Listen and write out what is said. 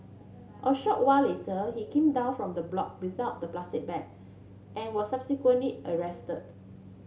a short while later he came down from the block without the plastic bag and was subsequently arrested